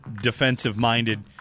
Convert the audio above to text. defensive-minded